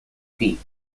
peak